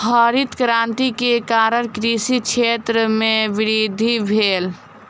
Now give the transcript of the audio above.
हरित क्रांति के कारण कृषि क्षेत्र में वृद्धि भेल